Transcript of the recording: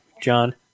John